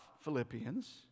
Philippians